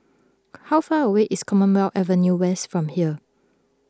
how far away is Commonwealth Avenue West from here